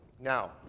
Now